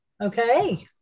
Okay